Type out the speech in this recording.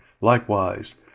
Likewise